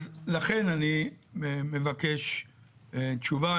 אז לכן אני מבקש תשובה.